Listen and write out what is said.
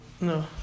No